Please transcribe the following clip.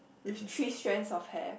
with three strands of hair